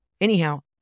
Anyhow